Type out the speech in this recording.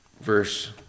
Verse